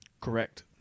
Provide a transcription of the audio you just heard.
Correct